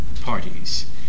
parties